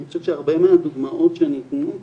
אני חושב שהרבה מהדוגמאות שניתנו כאן,